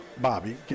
Bobby